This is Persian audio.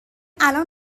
الان